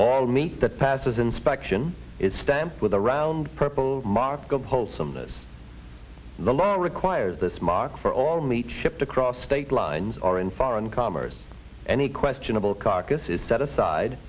all meat that passes inspection is stamped with a round purple mark of wholesomeness the law requires this mark for all meat shipped across state lines or in foreign commerce any questionable carcass is set aside